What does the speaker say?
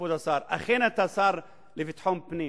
כבוד השר: אכן אתה שר לביטחון פנים,